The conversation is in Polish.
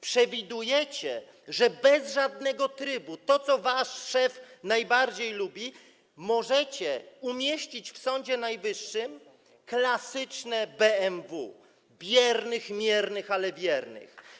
Przewidujecie, że bez żadnego trybu - to, co wasz szef najbardziej lubi - możecie umieścić w Sądzie Najwyższym klasyczne BMW - biernych, miernych, ale wiernych.